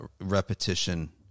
repetition